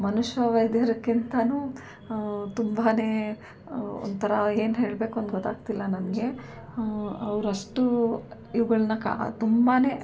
ಮನುಷ್ಯ ವೈದ್ಯರ್ಕ್ಕಿಂತಲೂ ತುಂಬಾ ಒಂಥರ ಏನು ಹೇಳಬೇಕು ಅಂತ ಗೊತ್ತಾಗ್ತಿಲ್ಲ ನನಗೆ ಅವ್ರು ಅಷ್ಟು ಇವುಗಳನ್ನು ಕಾ ತುಂಬಾ